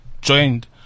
joined